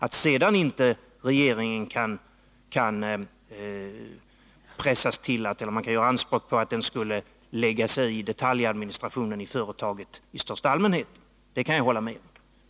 Att man sedan inte kan göra anspråk på att regeringen skulle lägga sig i detaljadministrationen i företaget i största allmänhet kan jag hålla med om.